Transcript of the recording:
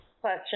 question